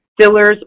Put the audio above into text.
fillers